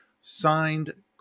Signed